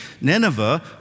Nineveh